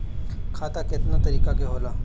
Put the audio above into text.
खाता केतना तरीका के होला?